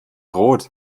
rot